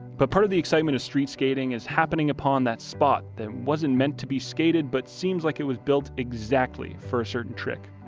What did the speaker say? but part of the excitement of street skating is happening upon that spot that wasn't mean to be skated but seems like it was built exactly for a certain trick.